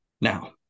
now